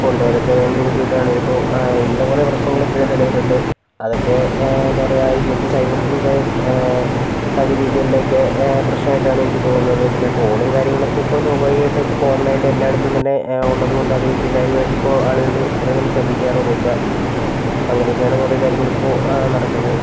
ഇപ്പമുണ്ട് അതൊക്കെ ഭയങ്കര ബുദ്ധിമുട്ടാണ് ഇതിപ്പോൾ ഇങ്ങനെ കുറെ പ്രശ്നങ്ങൾ ഇപ്പോഴും നിലവിലുണ്ട് അതൊക്കെ എന്താ പറയാ ഇന്നത്തെ സൈബറിൻ്റെയും സാങ്കേതിക വിദ്യകളുടെയൊക്കെ പ്രശ്നമായിട്ടാണ് എനിക്ക് തോന്നുന്നത് പിന്നെ ട്രോളും കാര്യങ്ങളൊക്കെ ഇപ്പോൾ സ്വാഭാവികായിട്ടും കോമണായിട്ടും എല്ലായിടത്തും തന്നെ ഉള്ളത് കൊണ്ട് അത് വലിയ കാര്യമായിട്ട് ഇപ്പോൾ ആളുകൾ അങ്ങനെ ശ്രദ്ധിക്കാറൊന്നും ഇല്ല അങ്ങനെക്കെയാണ് കുറെ കാര്യങ്ങളിപ്പോൾ നടക്കുന്നത്